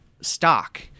stock